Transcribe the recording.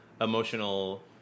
emotional